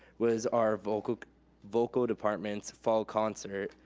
was our vocal vocal department's fall concert.